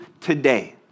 today